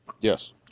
Yes